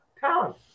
talent